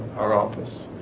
our office